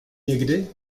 někdy